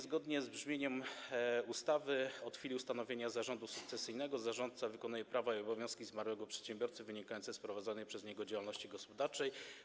Zgodnie z brzmieniem ustawy od chwili ustanowienia zarządu sukcesyjnego zarządca wykonuje prawa i obowiązki zmarłego przedsiębiorcy wynikające z prowadzonej przez niego działalności gospodarczej.